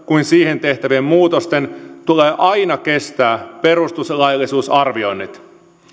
kuin siihen tehtävien muutosten tulee aina kestää perustuslaillisuusarvioinnit